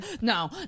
no